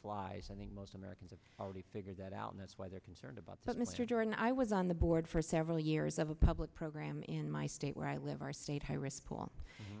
flies i mean most americans of all he figured that out and that's why they're concerned about but mr jordan i was on the board for several years of a public program in my state where i live our state high risk pool